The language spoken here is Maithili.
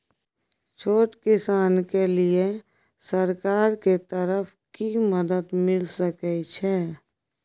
छोट किसान के लिए सरकार के तरफ कि मदद मिल सके छै?